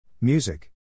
Music